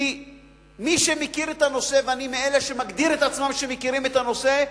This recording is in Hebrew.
כי מי שמכיר את הנושא ואני מאלה שמגדירים את עצמם מכירים את הנושא,